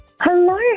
Hello